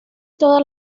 todas